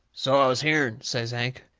so i has hearn, says hank.